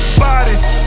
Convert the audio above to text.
bodies